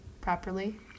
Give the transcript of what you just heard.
properly